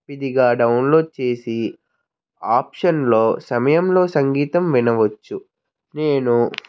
విధిగా డౌన్లోడ్ చేసి ఆప్షన్లో సమయంలో సంగీతం వినవచ్చు నేను